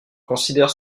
considère